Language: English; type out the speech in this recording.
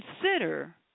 consider